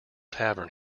tavern